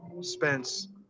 Spence